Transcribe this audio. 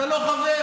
אתה לא חבר.